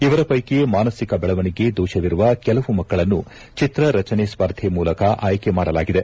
ಇವರ ಷೈಕಿ ಮಾನಸಿಕ ಬೆಳವಣಿಗೆ ದೋಷವಿರುವ ಕೆಲವು ಮಕ್ಕಳನ್ನು ಚಿತ್ರ ರಚನೆ ಸ್ಪರ್ಧೆ ಮೂಲಕ ಆಯ್ಲೆ ಮಾಡಲಾಗಿದೆ